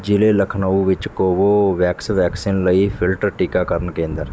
ਜ਼ਿਲ੍ਹੇ ਲਖਨਊ ਵਿੱਚ Covovax vaccine ਲਈ ਫਿਲਟਰ ਟੀਕਾਕਰਨ ਕੇਂਦਰ